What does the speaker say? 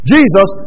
Jesus